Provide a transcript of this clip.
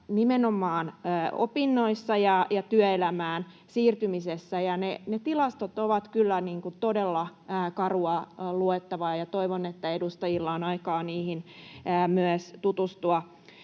nimenomaan opinnoissa ja työelämään siirtymisessä. Ne tilastot ovat kyllä todella karua luettavaa, ja toivon, että edustajilla on aikaa niihin myös tutustua.